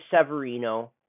Severino